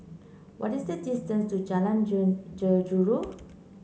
what is the distance to Jalan Jeruju